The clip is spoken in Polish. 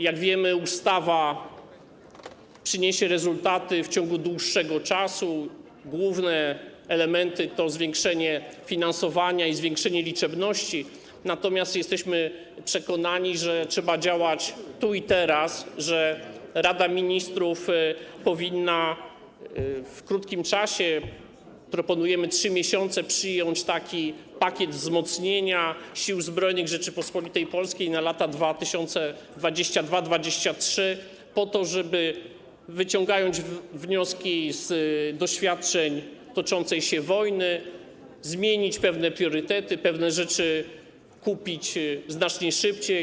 Jak wiemy, ustawa przyniesie rezultaty w ciągu dłuższego czasu - główne elementy to zwiększenie finansowania i liczebności - natomiast jesteśmy przekonani, że trzeba działać tu i teraz, że Rada Ministrów powinna w krótkim czasie, proponujemy 3 miesiące, przyjąć taki pakiet wzmocnienia Sił Zbrojnych Rzeczypospolitej Polskiej na lata 2022-2023, żeby wyciągając wnioski z doświadczeń toczącej się wojny, zmienić pewne priorytety, pewne rzeczy kupić znacznie szybciej.